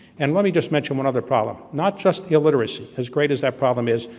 and let me just mention one other problem, not just illiteracy, as great as that problem is,